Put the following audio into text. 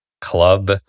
club